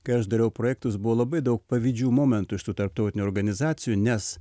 kai aš dariau projektus buvo labai daug pavydžių momentų iš tų tarptautinių organizacijų nes